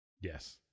Yes